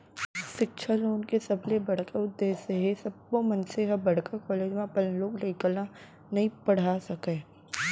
सिक्छा लोन के सबले बड़का उद्देस हे सब्बो मनसे ह बड़का कॉलेज म अपन लोग लइका ल नइ पड़हा सकय